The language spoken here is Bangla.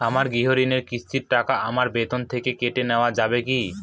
আমার গৃহঋণের কিস্তির টাকা আমার বেতন থেকে কেটে নেওয়া যাবে কি?